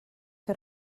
que